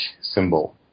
symbol